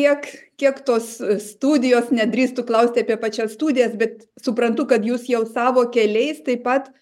kiek kiek tos studijos nedrįstu klausti apie pačias studijas bet suprantu kad jūs jau savo keliais taip pat